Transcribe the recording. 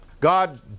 God